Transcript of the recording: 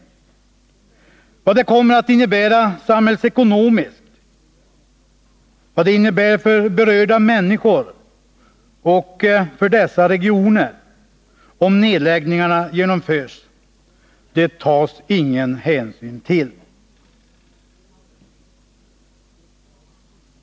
Vad det kommer att innebära samhällsekonomiskt för berörda människor och för dessa regioner om nedläggningarna genomförs tas det ingen hänsyn till.